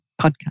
podcast